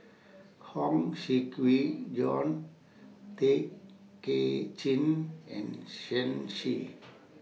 Huang Shiqi Joan Tay Kay Chin and Shen Xi